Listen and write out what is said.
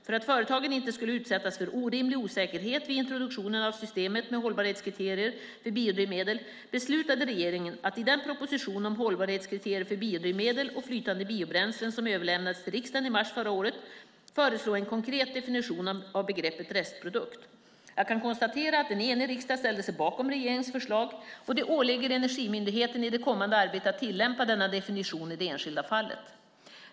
För att företagen inte skulle utsättas för orimlig osäkerhet vid introduktionen av systemet med hållbarhetskriterier för biodrivmedel beslutade regeringen att i propositionen Hållbarhetskriterier för biodrivmedel och flytande biobränslen som överlämnades till riksdagen i mars förra året föreslå en konkret definition av begreppet restprodukt. Jag kan konstatera att en enig riksdag ställde sig bakom regeringens förslag. Det åligger Energimyndigheten i det kommande arbetet att tillämpa denna definition i det enskilda fallet.